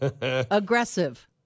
Aggressive